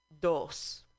dos